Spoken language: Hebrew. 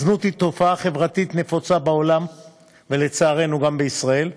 זנות היא תופעה חברתית נפוצה בעולם ולצערנו גם בישראל,